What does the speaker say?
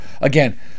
again